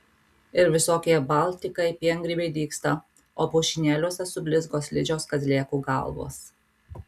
ir visokie baltikai piengrybiai dygsta o pušynėliuose sublizgo slidžios kazlėkų galvos